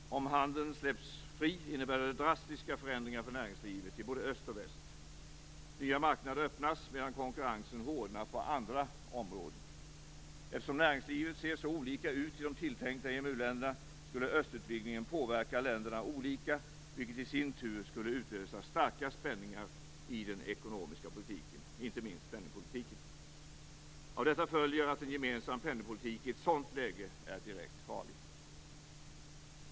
Om handeln släpps fri innebär det drastiska förändringar för näringslivet i både öst och väst. Nya marknader öppnas, medan konkurrensen hårdnar på andra områden. Eftersom näringslivet ser så olika ut i de tilltänkta EMU-länderna, skulle östutvidgningen påverka länderna olika, vilket i sin tur skulle utlösa starka spänningar i den ekonomiska politiken, inte minst i penningpolitiken. Av detta följer att en gemensam penningpolitik i ett sådant läge är direkt farlig.